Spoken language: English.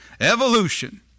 Evolution